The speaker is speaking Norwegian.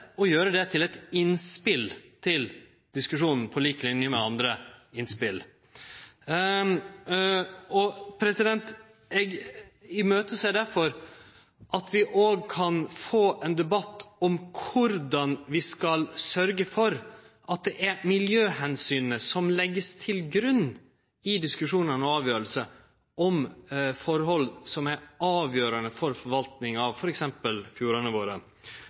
gjere det til eit innspel til diskusjonen på lik line med andre innspel. Eg ser derfor fram til at vi òg kan få ein debatt om korleis vi skal sørgje for at det er miljøomsyna som vert lagde til grunn i diskusjonane og avgjerdene om forhold som er avgjerande for forvaltinga av f.eks. fjordane våre.